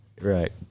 right